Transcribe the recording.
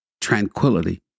tranquility